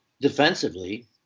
defensively